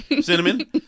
Cinnamon